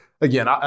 again